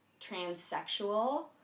transsexual